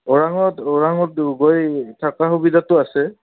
ওৰাঙত ওৰাঙত গৈ থাকা সুবিধাটো আছে